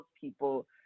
people